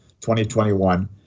2021